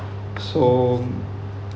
so um